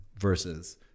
versus